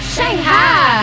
Shanghai